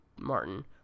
Martin